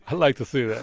ah like to see that.